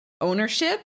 Ownership